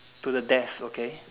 to the death okay